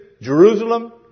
Jerusalem